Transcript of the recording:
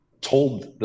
told